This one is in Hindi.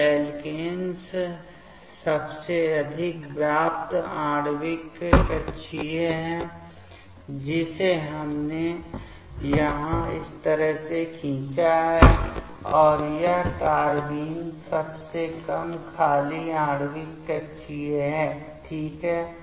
तो एल्केन्स सबसे अधिक व्याप्त आणविक कक्षीय है जिसे हमने यहां इस तरह से खींचा है और यह कार्बेन सबसे कम खाली आणविक कक्षीय है ठीक है